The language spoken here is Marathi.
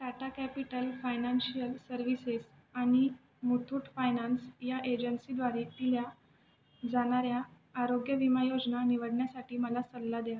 टाटा कॅपिटल फायनान्शियल सर्विसेस आणि मुथ्थूट फायनान्स या एजन्सीद्वारे दिल्या जाणाऱ्या आरोग्य विमा योजना निवडण्यासाठी मला सल्ला द्या